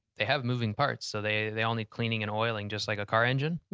they have moving parts so they they all need cleaning and oiling just like a car engine.